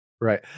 Right